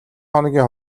хоногийн